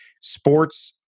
Sports